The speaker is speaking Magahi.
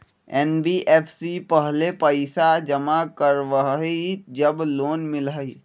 एन.बी.एफ.सी पहले पईसा जमा करवहई जब लोन मिलहई?